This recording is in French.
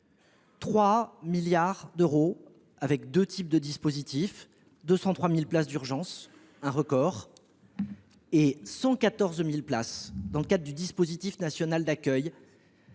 3 milliards d’euros, avec deux types de dispositifs, soit 203 000 places d’urgence – un record – et 114 000 places dans le cadre du dispositif national d’accueil.